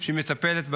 שמטפלת בנושא.